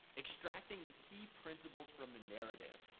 extracting the key principles from the narrative,